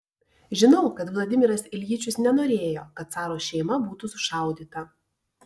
žinau kad vladimiras iljičius nenorėjo kad caro šeima būtų sušaudyta